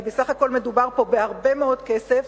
כי בסך הכול מדובר פה בהרבה מאוד כסף